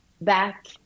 back